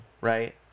right